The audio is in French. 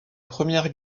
première